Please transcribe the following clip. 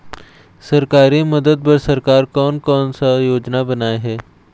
सरकारी मदद बर सरकार कोन कौन सा योजना बनाए हे?